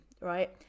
right